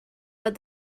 had